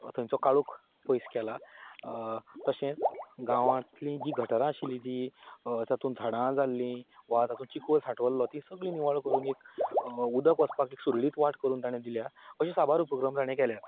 थंयचो काळोख पयस केला तशेंच गांवांतलीं गठारां जीं आशिल्ली जीं जातूंत झाडां जाल्ली वा तातूंत चिखल सांठवल्लो तीं सगळीं निवळ करून एक उदक वचपाक एक सुरळीत वाट करून ताणें दिल्या अशी साबार उपक्रम ताणें केल्यात